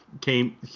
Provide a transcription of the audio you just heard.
came